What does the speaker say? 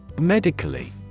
Medically